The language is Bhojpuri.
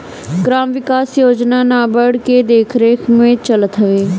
ग्राम विकास योजना नाबार्ड के देखरेख में चलत हवे